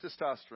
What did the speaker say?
testosterone